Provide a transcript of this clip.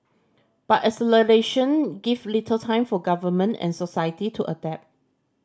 but acceleration give little time for government and society to adapt